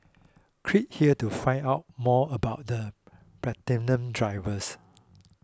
click here to find out more about the Platinum drivers